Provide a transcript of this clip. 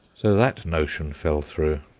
so that notion fell through.